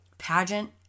pageant